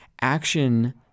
Action